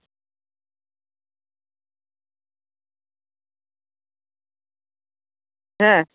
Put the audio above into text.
ᱦᱮᱸ